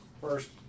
First